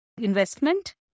investment